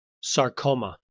Sarcoma